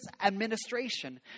administration